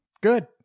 Good